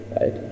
right